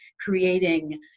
creating